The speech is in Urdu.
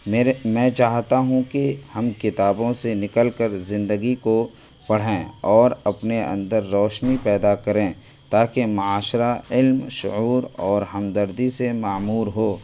میرے میں چاہتا ہوں کہ ہم کتابوں سے نکل کر زندگی کو پڑھیں اور اپنے اندر روشنی پیدا کریں تاکہ معاشرہ علم شعور اور ہمدردی سے معمور ہو